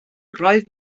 roedd